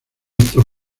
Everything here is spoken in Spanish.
estos